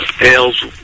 ales